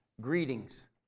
greetings